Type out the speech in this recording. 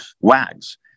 Wags